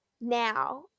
Now